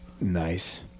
Nice